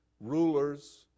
Rulers